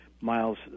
Miles